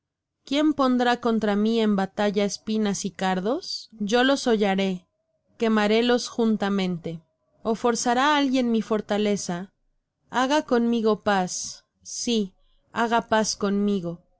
quién pondrá contra mí en batalla espinas y cardos yo los hollaré quemarélos juntamente o forzará alguien mi fortaleza haga conmigo paz sí haga paz conmigo